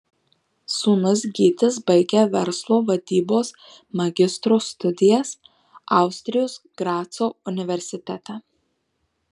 sūnus gytis baigia verslo vadybos magistro studijas austrijos graco universitete